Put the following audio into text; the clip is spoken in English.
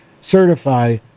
certify